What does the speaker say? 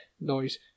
noise